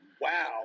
wow